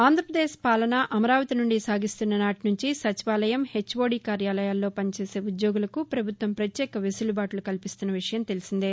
ఆంధ్రప్రదేశ్ పాలన అమరావతి నుండి సాగిస్తున్న నాటి నుంచి సచివాలయం హెచ్ఓడి కార్యాలయాల్లో పనిచేసే ఉద్యోగులకు ప్రభుత్వం పత్యేక వెసులుబాట్ల కల్పిస్తున్న విషయం తెలిసిందే